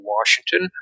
Washington